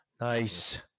Nice